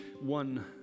one